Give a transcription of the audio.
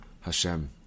Hashem